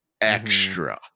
Extra